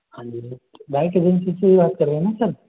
हाँ जी bike agency से ही बात कर रहे हैं ना सर